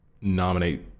nominate